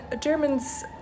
Germans